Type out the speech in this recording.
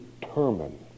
determine